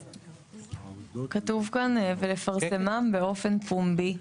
כתוב כאן "ולפרסמם באופן פומבי".